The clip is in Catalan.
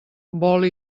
vol